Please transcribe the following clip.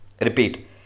Repeat